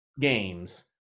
games